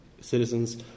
citizens